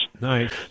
Nice